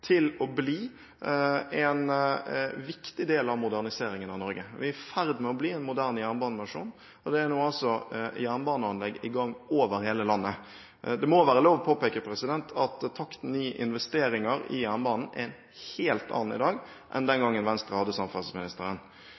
til å bli en viktig del av moderniseringen av Norge. Vi er i ferd med å bli en moderne jernbanenasjon, og det er nå altså jernbaneanlegg i gang over hele landet. Det må være lov å påpeke at takten i investeringer i jernbanen er en helt annen i dag enn den gangen Venstre hadde samferdselsministeren.